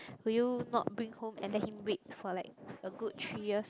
will you not bring home and let him wait for like a good three years